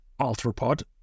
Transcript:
arthropod